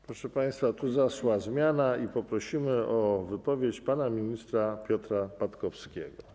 Proszę państwa, tu zaszła zmiana i poprosimy o wypowiedź pana ministra Piotra Patkowskiego.